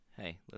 Hey